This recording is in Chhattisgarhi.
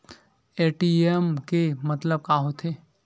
ए.टी.एम के मतलब का होथे?